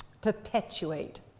perpetuate